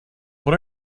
what